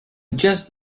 just